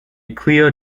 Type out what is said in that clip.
clear